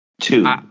Two